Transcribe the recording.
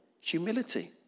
humility